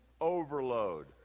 overload